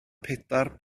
pedwar